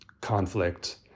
conflict